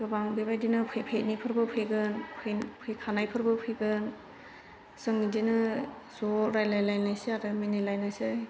गोबां बेबायदिनो फेफैरैफोरबो फैगोन फैखानायफोरबो फैगोन जों बेदिनो ज' रायज्लायलायनोसै आरो मिनिलायनोसै